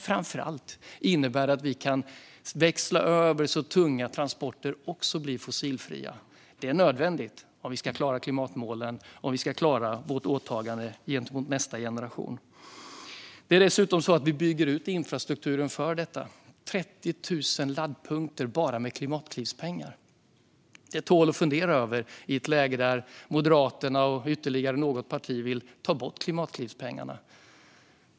Framför allt kan vi växla över så att tunga transporter också blir fossilfria. Det är nödvändigt om vi ska klara klimatmålen och vårt åtagande gentemot nästa generation. Vi bygger ut infrastrukturen. Det är fråga om 30 000 laddpunkter bara med klimatklivspengar. Det tål att fundera över i ett läge där Moderaterna och ytterligare något parti vill ta bort klimatklivspengarna.